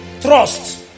Trust